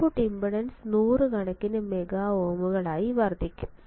input impedance നൂറുകണക്കിന് mega ഓമുകളായി വർദ്ധിക്കും